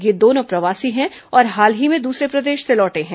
ये दोनों प्रवासी है और हाल ही में दूसरे प्रदेश से लौटे हैं